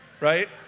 right